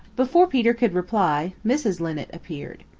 before peter could reply, mrs. linnet appeared.